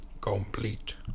Complete